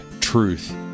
truth